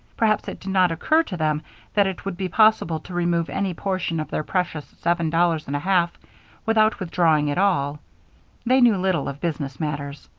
perhaps it did not occur to them that it would be possible to remove any portion of their precious seven dollars and a half without withdrawing it all they knew little of business matters.